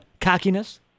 cockiness